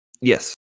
Yes